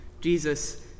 jesus